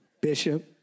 Bishop